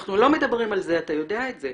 אנחנו לא מדברים על זה, אתה יודע את זה.